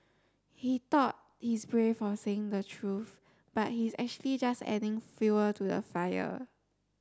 he thought he's brave for saying the truth but he's actually just adding fuel to the fire